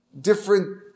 different